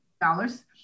dollars